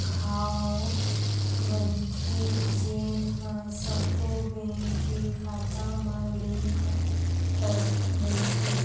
घांव बनथे जेन ह सब्बो बेंक के खाता म लिंक रहिथे